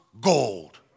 gold